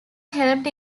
helped